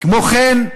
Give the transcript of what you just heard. "כמו כן,